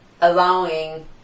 allowing